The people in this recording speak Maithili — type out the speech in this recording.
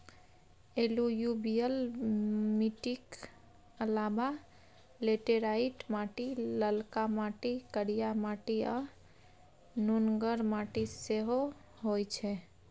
एलुयुबियल मीटिक अलाबा लेटेराइट माटि, ललका माटि, करिया माटि आ नुनगर माटि सेहो होइ छै